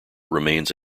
remains